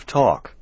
talk